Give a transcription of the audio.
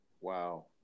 Wow